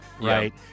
right